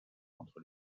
entre